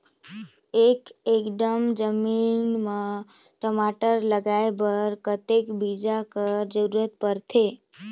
एक एकड़ जमीन म टमाटर लगाय बर कतेक बीजा कर जरूरत पड़थे?